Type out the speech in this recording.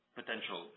potential